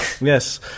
Yes